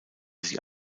sie